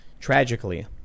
tragically